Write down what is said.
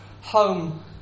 home